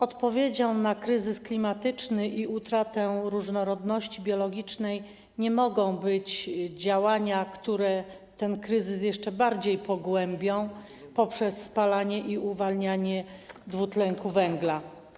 Odpowiedzią na kryzys klimatyczny i utratę różnorodności biologicznej nie mogą być działania, które ten kryzys jeszcze bardziej pogłębią poprzez spalanie i uwalnianie dwutlenku węgla.